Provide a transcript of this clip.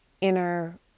inner